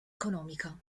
economica